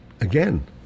again